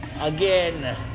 again